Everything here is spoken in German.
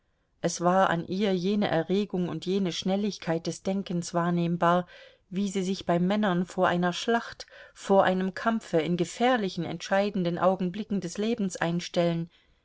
es war an ihr jene erregung und jene schnelligkeit des denkens wahrnehmbar wie sie sich bei männern vor einer schlacht vor einem kampfe in gefährlichen entscheidenden augenblicken des lebens einstellen